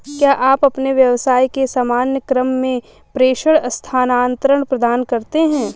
क्या आप अपने व्यवसाय के सामान्य क्रम में प्रेषण स्थानान्तरण प्रदान करते हैं?